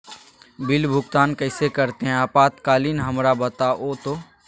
Bill भुगतान कैसे करते हैं आपातकालीन हमरा बताओ तो?